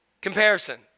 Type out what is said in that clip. comparison